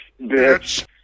Bitch